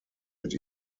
mit